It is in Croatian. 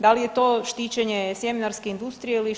Da li je to štićenje sjemenarske industrije ili što?